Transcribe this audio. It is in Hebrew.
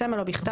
בסמל או בכתב,